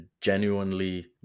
genuinely